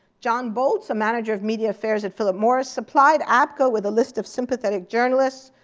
john boltz, a manager of media affairs at philip morris, supplied apco with a list of sympathetic journalists.